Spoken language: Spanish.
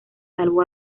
salvó